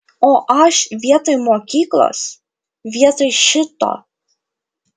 o aš vietoj mokyklos vietoj šito